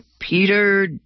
Peter